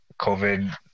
COVID